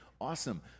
Awesome